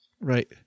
Right